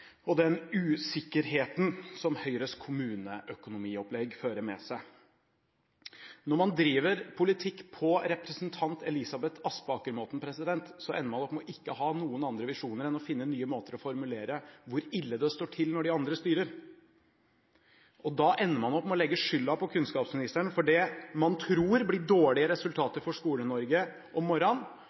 og den usikkerheten som Høyres kommuneøkonomiopplegg fører med seg. Når man driver politikk på representanten Elisabeth Aspaker-måten, ender man opp med ikke å ha noen andre visjoner enn å finne nye måter å formulere hvor ille det står til når de andre styrer. Da ender man opp med å legge skylden på kunnskapsministeren for det man tror blir dårlige resultater for Skole-Norge om morgenen,